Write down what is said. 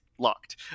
locked